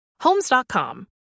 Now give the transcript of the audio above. Homes.com